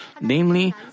namely